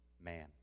man